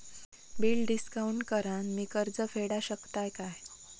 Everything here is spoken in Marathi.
बिल डिस्काउंट करान मी कर्ज फेडा शकताय काय?